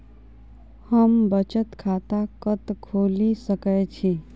हम बचत खाता कतऽ खोलि सकै छी?